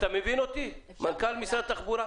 אתה מבין אותי, מנכ"ל משרד התחבורה?